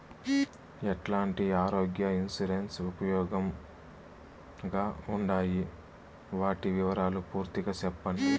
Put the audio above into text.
ఎట్లాంటి ఆరోగ్య ఇన్సూరెన్సు ఉపయోగం గా ఉండాయి వాటి వివరాలు పూర్తిగా సెప్పండి?